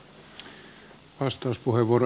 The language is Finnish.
arvoisa puhemies